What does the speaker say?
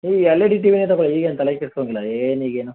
ಹೇ L E D T ವಿನೇ ತಗೊಳ್ಳಿ ಈಗೇನು ತಲೆ ಕೆಡಿಸ್ಕೊಂಗಿಲ್ಲ ಏನು ಈಗೇನು